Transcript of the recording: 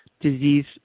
disease